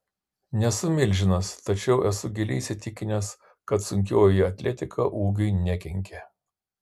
nesu milžinas tačiau esu giliai įsitikinęs kad sunkioji atletika ūgiui nekenkia